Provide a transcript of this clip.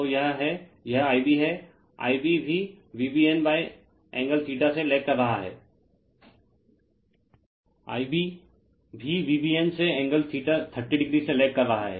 तो यह है यह Ib है Ib भी VBN से एंगल 30o से लेग कर रहा है